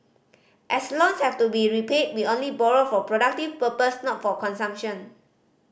as loans have to be repaid we only borrowed for productive purpose not for consumption